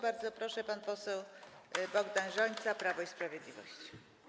Bardzo proszę, pan poseł Bogdan Rzońca, Prawo i Sprawiedliwość.